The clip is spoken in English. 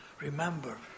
Remember